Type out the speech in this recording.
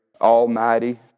almighty